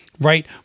Right